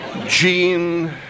Jean